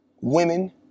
women